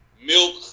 milk